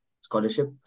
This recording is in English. Scholarship